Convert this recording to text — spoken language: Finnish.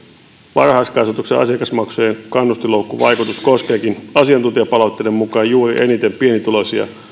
varhaiskasvatuksen asiakasmaksujen kannustinloukkuvaikutus koskeekin asiantuntijapalautteiden mukaan juuri eniten pienituloisia